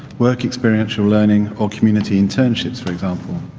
work experience learning or community internships, for example.